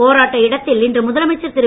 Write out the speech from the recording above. போராட்ட இடத்தில் இன்று முதலமைச்சர் திரு